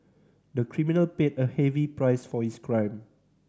the criminal paid a heavy price for his crime